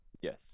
Yes